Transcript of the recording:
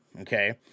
Okay